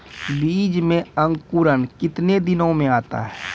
बीज मे अंकुरण कितने दिनों मे आता हैं?